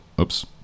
Oops